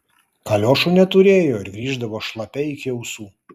kaliošų neturėjo ir grįždavo šlapia iki ausų